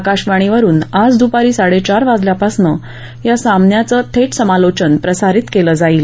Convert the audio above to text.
आकाशवाणीवरुन आज दृपारी साडेचार वाजल्यापासून या सामन्याचं धावतं वर्णन प्रसारित केलं जाईल